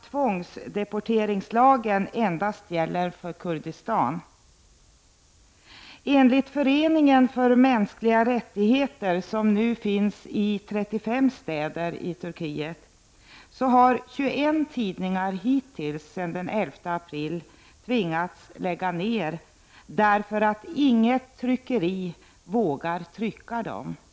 Tvångsdeporteringslagen däremot gäller endast för Kurdistan. Enligt Föreningen för mänskliga rättigheter, som nu har kontor i 35 städer i Turkiet, har 21 tidningar sedan den 11 april tvingats lägga ned sin verksamhet därför att inget tryckeri vågar trycka deras upplagor.